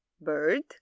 bird